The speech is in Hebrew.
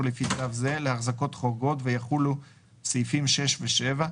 לפי צו זה להחזקות חורגות ויחולו סעיפים 6 ו-7,